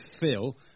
Phil